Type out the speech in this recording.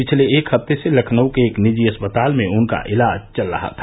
पिछले एक हप्ते से लखनऊ के एक निजी अस्पताल में उनका इलाज चल रहा था